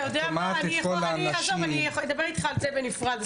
אני אדבר איתך על זה בנפרד.